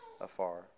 afar